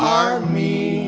are me